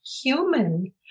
human